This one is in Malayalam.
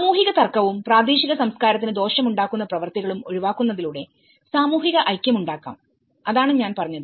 സാമൂഹിക തർക്കവും പ്രാദേശിക സംസ്കാരത്തിന് ദോഷം ഉണ്ടാക്കുന്ന പ്രവർത്തികളും ഒഴിവാക്കുന്നതിലൂടെ സാമൂഹിക ഐക്യം ഉണ്ടാക്കാം അതാണ് ഞാൻ പറഞ്ഞത്